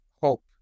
hope